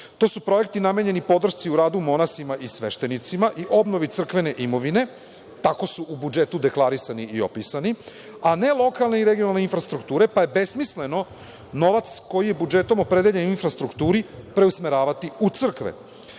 To su projekti namenjeni podršci u radu monasima i sveštenicima i obnovi crkvene imovine. Tako su u budžetu deklarisani i opisani, a ne lokalne i regionalne infrastrukture, pa je besmisleno novac koji je budžetom opredeljen infrastrukturi preusmeravati u crkve. Mi